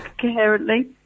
coherently